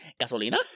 gasolina